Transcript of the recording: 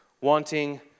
wanting